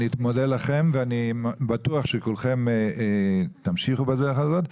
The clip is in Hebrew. אני מודה לכם ואני בטוח שכולכם תמשיכו בדרך הזאת,